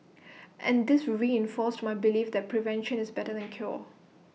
and this reinforced my belief that prevention is better than cure